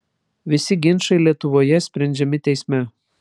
visi ginčai lietuvoje sprendžiami teisme